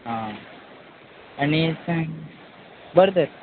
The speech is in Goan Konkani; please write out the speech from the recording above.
आं आनी सांग बरें तर